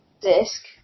disc